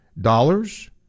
dollars